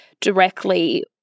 directly